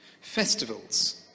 Festivals